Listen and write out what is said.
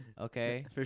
Okay